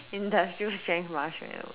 industrial strength marshmallow